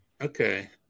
okay